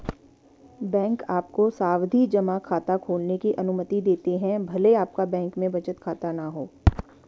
bank आपको सावधि जमा खाता खोलने की अनुमति देते हैं भले आपका बैंक में बचत खाता न हो